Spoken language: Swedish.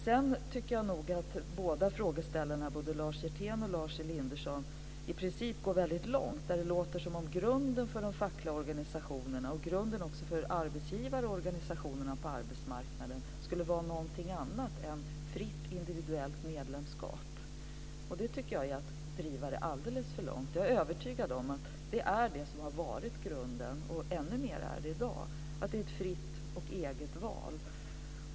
Jag tycker nog vidare att frågeställarna, både Lars Hjertén och Lars Elinderson, i princip går väldigt långt. Det låter som om grunden för de fackliga organisationerna och även för arbetsgivarorganisationerna på arbetsmarknaden skulle vara något annat än fritt individuellt medlemskap. Jag tycker att det är att driva resonemanget alldeles för långt. Jag är övertygad om att grunden har varit och ännu mer i dag är ett fritt eget val.